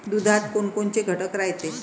दुधात कोनकोनचे घटक रायते?